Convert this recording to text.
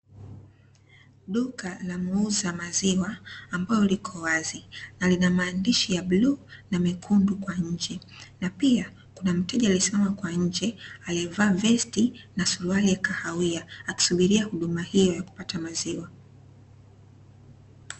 Duka la muuza maziwa ambalo liko wazi na lina maandishi ya bluu na mekundu kwa nje, na pia kuna mteja aliyesimama kwa nje akiwa amevalia vesti na suruali ya kahawia akisubiria huduma ya kupata maziwa.